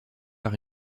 par